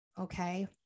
Okay